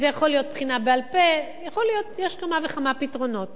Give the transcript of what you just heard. זה יכול להיות בחינה בעל-פה, יש כמה וכמה פתרונות.